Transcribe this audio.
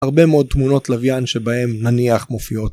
‫הרבה מאוד תמונות לווין שבהן נניח מופיעות.